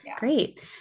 Great